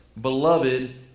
beloved